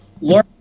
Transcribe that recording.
learn